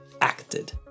acted